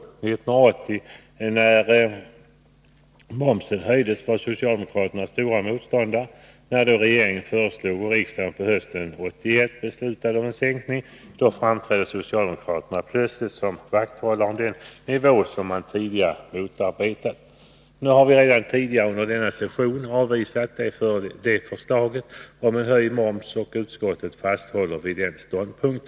1980, när momsen höjdes, var socialdemokraterna stora motståndare. När då regeringen föreslog och riksdagen på hösten 1981 beslutade om en sänkning, framträder socialdemokraterna plötsligt som vakthållare om den nivå som man tidigare motarbetat. Nu har vi redan tidigare under denna session avvisat förslaget om en höjd moms, och utskottet håller fast vid denna ståndpunkt.